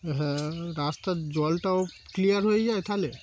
হ্যাঁ রাস্তার জলটাও ক্লিয়ার হয়ে যায় তাহলে